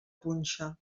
punxa